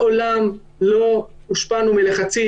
מעולם לא הושפענו מלחצים.